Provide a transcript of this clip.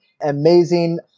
amazing